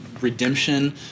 Redemption